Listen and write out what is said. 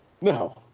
No